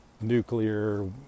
nuclear